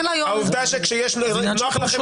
העובדה שכשנוח לכם,